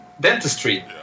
dentistry